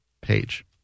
page